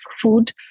food